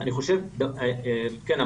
כן,